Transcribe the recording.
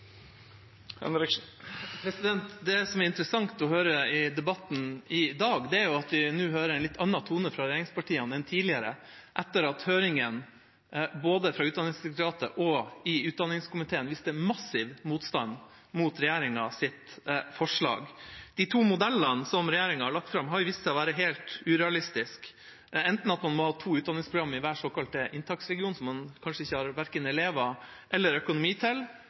interessant i debatten i dag, er at vi nå hører en litt annen tone fra regjeringspartiene enn tidligere, etter at høringene, både i Utdanningsdirektoratet og i utdannings- og forskningskomiteen, viste massiv motstand mot regjeringas forslag. De to modellene som regjeringa har lagt fram, har jo vist seg å være helt urealistiske. Enten må man ha to utdanningsprogram i hver såkalte inntaksregion, noe man kanskje verken har elever eller økonomi til,